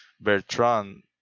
Bertrand